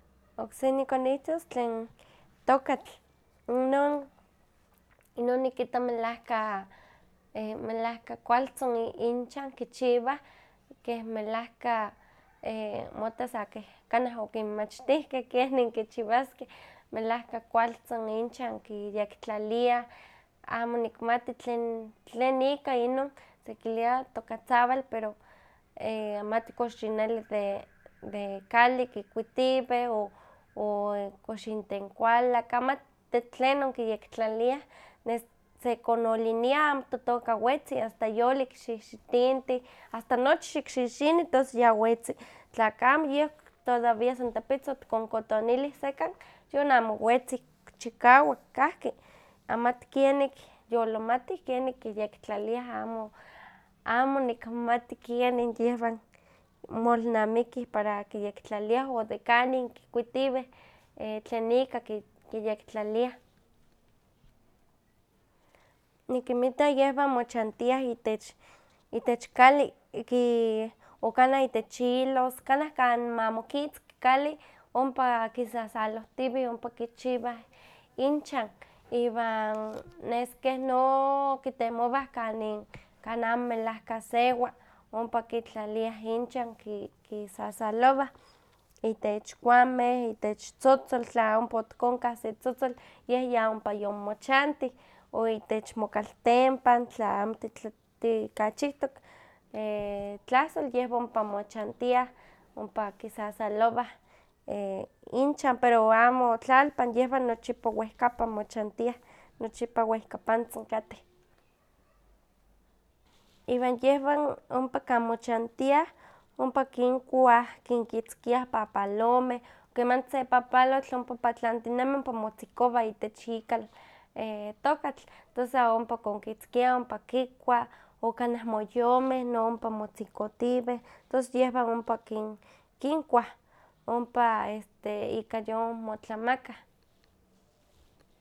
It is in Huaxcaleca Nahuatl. Okse nikonihtos tlen tokatl, inon inon nikita melahka kualtzin inchan kichiwah keh melahka mota sa keh kanan okinmachtihken kenin kichiwaskeh, melahka kualtzin inchan kiyektlaliah, amo nikmati tlen tlen ika inon sekilia tokatzawal pero e- mati kox yineli de kali kikuitiweh o kox intenkualak, amati de tlenon kiyektlali, nes sekonolilia, amo totoka wetzi, asta yolik xixitintih, asta nochi xikxixini tos ya wetzi, tlakamo yeh todavía san tepitzin otikokotonilih sekan yon amo wetzi, chikawak kahki, amati kienik yolamatih, kienik kiyektlaliah, amo amo nikmati kieni yehwan molnamikih para kiyektlaliah o de kanin kikuitiweh tlen ika kiyektlaliah. Nikinmita yehwan mochantiah itech itech kali, ki okanah itech ilos, o kanah kan mamokitzki kali, ompa kisasalohtiwih, ompa kichiwah inchan, iwan neskeh no kitemowah kanin kan mamo lelahka sewa, ompa kitlaliah inchan ki kisassalowah itech kuahmeh itech tzotzol tla ompa otikonkah se tzotzol yeh ya ompa omochantih, o itech mokaltempan, tla amo tikachihtok tlahsol yehwa ompa mochantiah, ompa kisasalowah inchan, pero amo tlalpan yehwan nochipa wehkapan mochantiah, nochipa wehkapantzin kateh, iwan yehwan ompa kan mochantiah ompa kinkuah kinkitzkiah papalomeh, kemanti se papalotl ompa patlantinemi ompa motzikowa itech ikak tokatl, tos ompa konkitzkia ompa kikua, o kanah moyomeh no ompa motzikotiweh, tos yehwan ompa kin kinkua, ompa ika yon motlamakah.